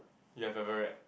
you have ever read